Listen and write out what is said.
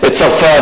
את צרפת,